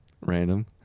Random